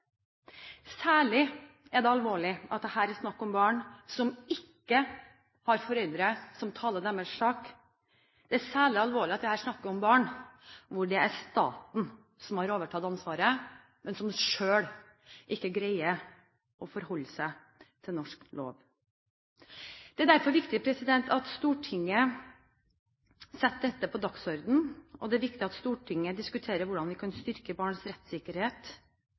Særlig er det alvorlig at det her er snakk om barn som ikke har foreldre som taler deres sak. Det er særlig alvorlig at det her er snakk om barn hvor det er staten som har overtatt ansvaret, men som selv ikke greier å forholde seg til norsk lov. Det er derfor viktig at Stortinget setter dette på dagsordenen, og det er viktig at Stortinget diskuterer hvordan vi kan styrke barns rettssikkerhet.